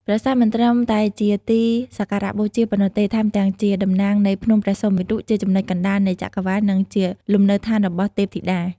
ប្រាសាទមិនត្រឹមតែជាទីសក្ការបូជាប៉ុណ្ណោះទេ ថែមទាំងជាតំណាងនៃភ្នំព្រះសុមេរុ ជាចំណុចកណ្ដាលនៃចក្រវាឡ និងជាលំនៅដ្ឋានរបស់ទេពតា។